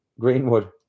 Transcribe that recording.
Greenwood